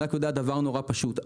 אני רק יודע דבר פשוט מאוד: